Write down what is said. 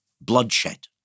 bloodshed